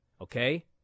okay